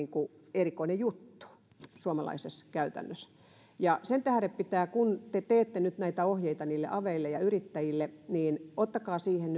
erikoinen juttu suomalaisessa käytännössä sen tähden pitää kun te teette nyt näitä ohjeita niille aveille ja yrittäjille ottaa siihen